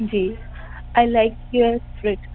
G I like your spirit